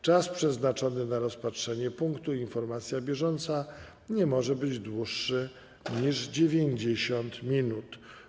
Czas przeznaczony na rozpatrzenie punktu: Informacja bieżąca nie może być dłuższy niż 90 minut.